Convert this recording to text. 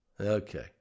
Okay